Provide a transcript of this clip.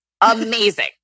Amazing